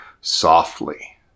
softly